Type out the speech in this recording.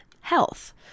health